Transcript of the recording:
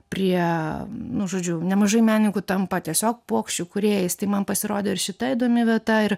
prie nu žodžiu nemažai menininkų tampa tiesiog puokščių kūrėjais tai man pasirodė ir šita įdomi vieta ir